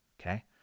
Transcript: Okay